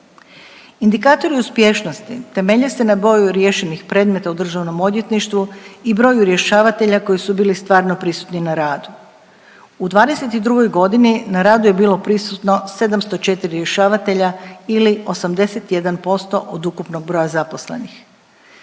Indikatori uspješnosti temelje se na broju riješenih predmeta u državnom odvjetništvu i broju rješavatelja koji su bili stvarno prisutni na radu. U '22.g. na radu je bilo prisutno 704 rješavatelja ili 81% od ukupnog broja zaposlenih.